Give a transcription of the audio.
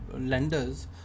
lenders